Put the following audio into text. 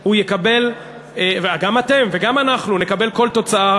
הוא יקבל, גם אתם וגם אנחנו, נקבל כל תוצאה